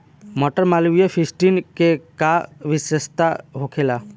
मटर मालवीय फिफ्टीन के का विशेषता होखेला?